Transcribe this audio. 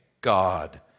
God